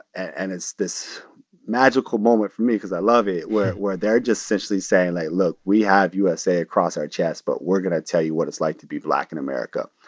and it's this magical moment for me because i love it where where they're just essentially saying like, look, we have usa across our chest, but we're going to tell you what it's like to be black in america.